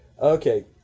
Okay